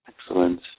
excellent